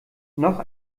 noch